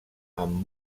amb